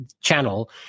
channel